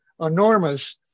enormous